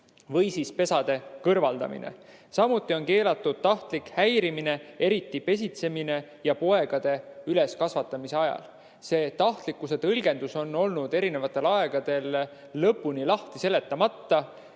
või pesade kõrvaldamine. Samuti on keelatud tahtlik häirimine, eriti pesitsemise ja poegade üleskasvatamise ajal. See tahtlikkuse tõlgendus on jäänud eri aegadel lõpuni lahti seletamata.